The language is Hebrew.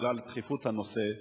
בגלל דחיפות הנושא.